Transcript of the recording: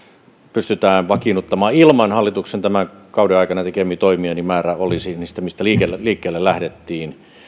pystytään vakiinnuttamaan ilman hallituksen tämän kauden aikana tekemiä toimia se määrä mistä mistä liikkeelle liikkeelle lähdettiin